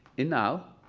and now,